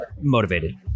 motivated